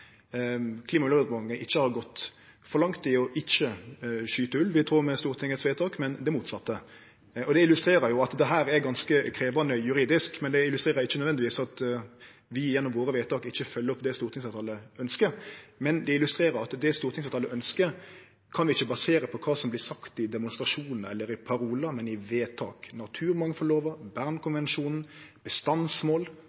ikkje har gått for langt i ikkje å skyte ulv i tråd med Stortingets vedtak, men det motsette. Det illustrerer at dette er ganske krevjande juridisk, men det illustrerer ikkje nødvendigvis at vi gjennom vedtaka våre ikkje følgjer opp det stortingsfleirtalet ønskjer. Det illustrerer at det stortingsfleirtalet ønskjer, ikkje kan baserast på kva som vert sagt i demontrasjonar eller i parolar, men i vedtak.